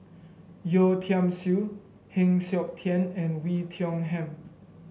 Yeo Tiam Siew Heng Siok Tian and Wei Tiong Ham